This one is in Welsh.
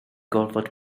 gorfod